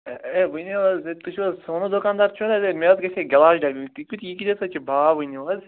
ہے ؤنِو حظ ہے تُہۍ چھُو حظ سونو دُکان دار چھُو نَہ تُہۍ مےٚ حظ گَژھہِ ہا گِلاس ڈبہٕ تُہ کۭتِس یہِ کۭتِس ہَسا چھُ باو ؤنِو حظ